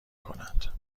کند